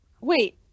Wait